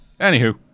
Anywho